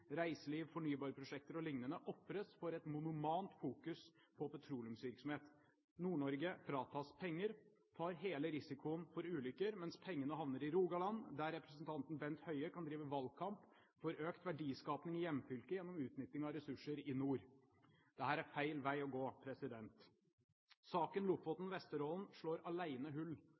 reiseliv, fornybarprosjekter o.l. ofres for et monomant fokus på petroleumsvirksomhet. Nord-Norge fratas penger, tar hele risikoen for ulykker, mens pengene havner i Rogaland, der representanten Bent Høie kan drive valgkamp for økt verdiskaping i hjemfylket gjennom utnytting av ressurser i nord. Dette er feil vei å gå. Saken Lofoten og Vesterålen slår alene hull